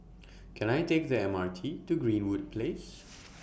Can I Take The M R T to Greenwood Place